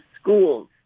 schools